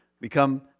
become